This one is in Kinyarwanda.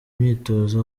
imyitozo